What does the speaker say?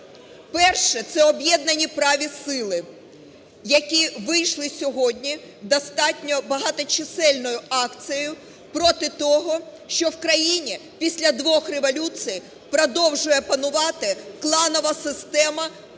Перше. Це об'єднані праві сили, які вийшли сьогодні достатньо багаточисельною акцією проти того, що в країні після двох революцій продовжує панувати кланова система